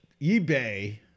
eBay